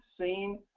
seen